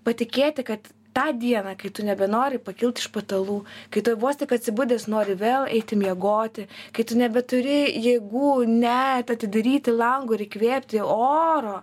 patikėti kad tą dieną kai tu nebenori pakilt iš patalų kai tu vos tik atsibudęs nori vėl eiti miegoti kai tu nebeturi jėgų net atidaryti lango ir įkvėpti oro